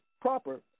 proper